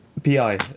PI